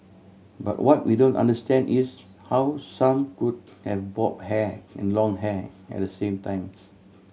but what we don't understand is how some could have bob hair and long hair at the same time